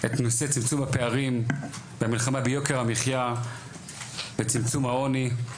את נושא צמצום הפערים והמלחמה ביוקר המחיה וצמצום העוני,